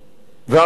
והמאגר,